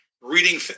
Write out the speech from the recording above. reading